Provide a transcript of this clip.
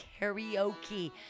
karaoke